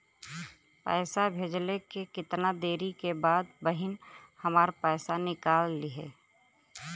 पैसा भेजले के कितना देरी के बाद बहिन हमार पैसा निकाल लिहे?